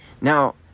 Now